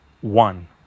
one